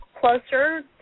closer